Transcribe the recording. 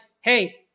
hey